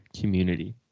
community